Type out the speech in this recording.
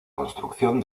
construcción